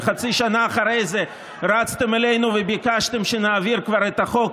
חצי שנה אחר כך רצתם אלינו וביקשתם שנעביר כבר את החוק,